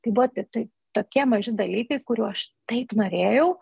tai buvo tiktai tokie maži dalykai kurių aš taip norėjau